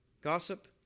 Gossip